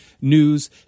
news